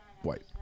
white